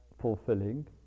fulfilling